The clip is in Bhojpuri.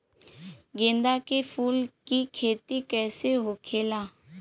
गेंदा के फूल की खेती कैसे होखेला?